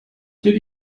did